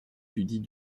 dudit